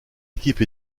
équipes